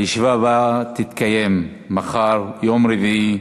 הישיבה הבאה תתקיים מחר, יום רביעי,